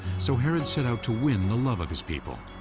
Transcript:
so herod set out to win the love of his people.